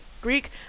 Greek